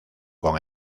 con